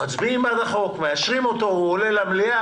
מצביעים בעד החוק, מאשרים אותו, הוא עולה למליאת